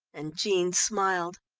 and jean smiled.